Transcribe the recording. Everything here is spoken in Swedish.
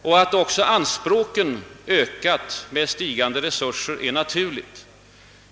Och att även anspråken ökat med sti gande resurser är naturligt.